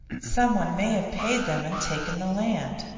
someone may have paid them and taken the land.